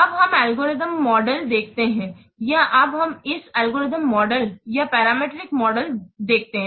अब हम algorithm model देखते हैं या अब हम इस एल्गोरिथम मॉडल या पैरामीट्रिक मॉडल देखते हैं